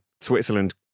Switzerland